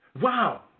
Wow